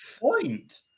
Point